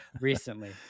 recently